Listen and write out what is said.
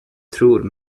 tror